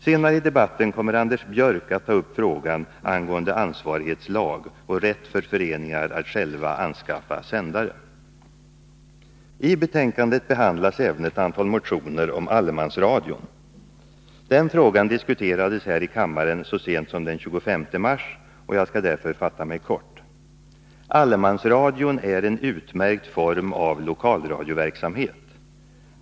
Senare i debatten kommer Anders Björck att ta upp frågor angående ansvarighetslag och rätt för föreningar att själva anskaffa sändare. I betänkandet behandlas även ett antal motioner om allemansradion. Den frågan diskuterades här i kammaren så sent som den 25 mars. Jag skall därför fatta mig kort. Allemansradion är en utmärkt form av lokalradioverksamhet.